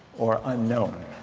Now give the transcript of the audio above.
or unknown